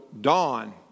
dawn